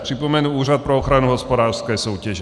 Připomenu Úřad pro ochranu hospodářské soutěže.